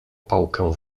pałkę